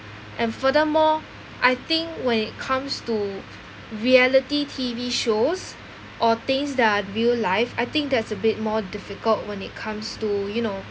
and furthermore I think when it comes to reality T_V shows or things that are real life I think that's a bit more difficult when it comes to you know